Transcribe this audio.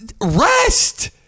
Rest